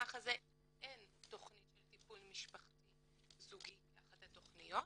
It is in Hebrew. במסמך הזה אין תכנית של טיפול משפחתי זוגי כאחת התכניות.